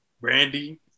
Brandy